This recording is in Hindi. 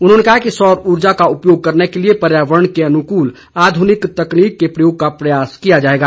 उन्होंने कहा कि सौर ऊर्जा का उपयोग करने के लिए पर्यावरण के अनुकूल आधुनिक तकनीक के प्रयोग का प्रयास किया जाएगा